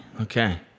Okay